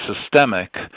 systemic